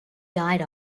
die